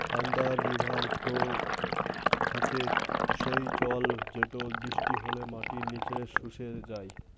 under river flow হসে সেই জল যেটো বৃষ্টি হলে মাটির নিচে শুষে যাই